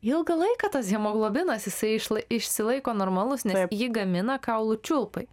ilgą laiką tas hemoglobinas jisai iš išsilaiko normalus nes ji gamina kaulų čiulpai